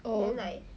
oh